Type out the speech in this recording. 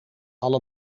alle